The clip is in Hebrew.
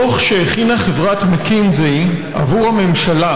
דוח שהכינה חברת מקינזי בעבור הממשלה